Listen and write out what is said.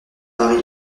paris